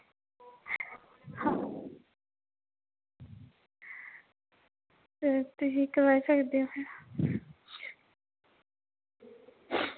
ते तुस कराई सकदे